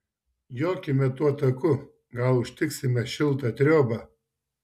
jokime tuo taku gal užtiksime šiltą triobą